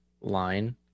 line